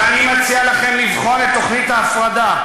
ואני מציע לכם לבחון את תוכנית ההפרדה,